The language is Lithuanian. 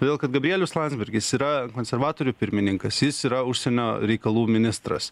todėl kad gabrielius landsbergis yra konservatorių pirmininkas jis yra užsienio reikalų ministras